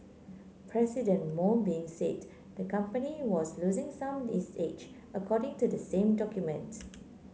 President Mo Bin said the company was losing some its edge according to the same document